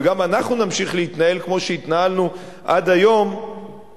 וגם אנחנו נמשיך להתנהל כמו שהתנהלנו עד היום,